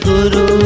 Guru